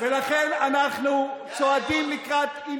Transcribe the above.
ולכן אנחנו צועדים לקראת בחירות,